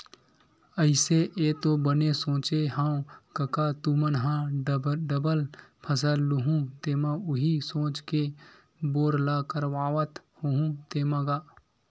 अइसे ऐ तो बने सोचे हँव कका तुमन ह डबल फसल लुहूँ तेमा उही सोच के बोर ल करवात होहू तेंमा गा?